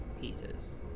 pieces